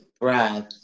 breath